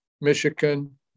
Michigan